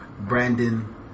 Brandon